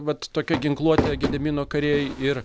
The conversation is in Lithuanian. vat tokia ginkluotė gedimino kariai ir